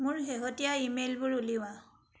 মোৰ শেহতীয়া ইমেইলবোৰ উলিওৱা